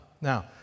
Now